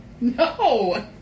No